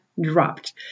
dropped